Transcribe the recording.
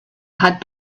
had